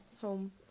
home